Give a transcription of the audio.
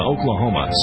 Oklahoma